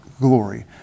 glory